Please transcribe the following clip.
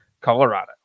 Colorado